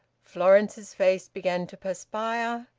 florence's face began to perspire.